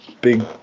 big